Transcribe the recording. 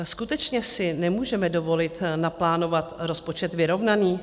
Skutečně si nemůžeme dovolit naplánovat rozpočet vyrovnaný?